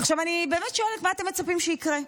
עכשיו אני באמת שואלת: מה אתם מצפים שיקרה?